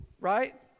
Right